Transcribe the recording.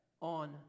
on